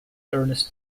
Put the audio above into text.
ernest